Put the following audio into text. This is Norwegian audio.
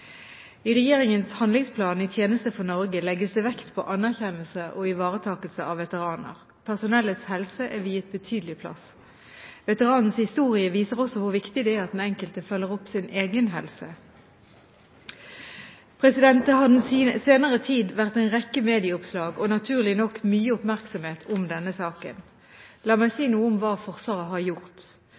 I regjeringens handlingsplan «I tjeneste for Norge» legges det vekt på anerkjennelse og ivaretakelse av veteraner. Personellets helse er viet betydelig plass. Veteranens historie viser også hvor viktig det er at den enkelte følger opp sin egen helse. Det har den senere tid vært en rekke medieoppslag om og, naturlig nok, mye oppmerksomhet rundt denne saken. La meg si noe om hva Forsvaret har gjort.